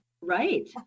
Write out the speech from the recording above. Right